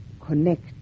connect